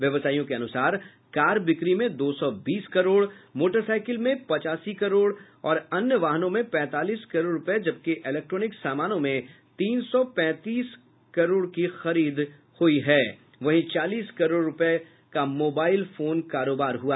व्यवसायियों के अनुसार कार बिक्री में दो सौ बीस करोड़ मोटरसाईकिल में पचासी करोड़ और अन्य वाहनों में पैंतालीस करोड़ रूपये जबकि इलेक्ट्रॉनिक सामनों में तीन सौ पैंतीस करोड़ की खरीद हुई वहीं चालीस करोड़ रूपये का मोबाईल फोन का कारोबार हुआ